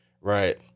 right